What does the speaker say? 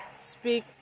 speak